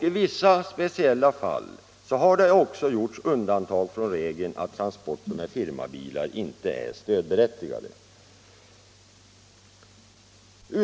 I vissa speciella fall har det också gjorts undantag från regeln att transporter med firmabilar inte är stödberättigade.